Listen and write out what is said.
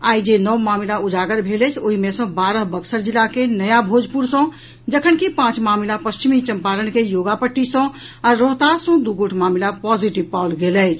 आइ जे नव मामिला उजागर भेल अछि ओहि मे सॅ बारह बक्सर जिला के नया भोजपुर सॅ जखनकि पांच मामिला पश्चिमी चंपारण के योगापट्टी सॅ आ रोहतास सॅ दू गोट मामिला पॉजिटिव पाओल गेल अछि